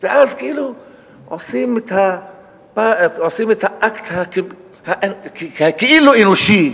ואז כאילו עושים את האקט הכאילו-אנושי,